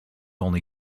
only